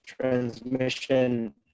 transmission